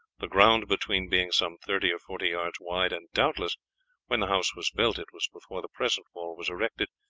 the ground between being some thirty or forty yards wide and doubtless when the house was built, it was before the present wall was erected,